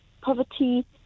poverty